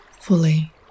fully